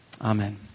Amen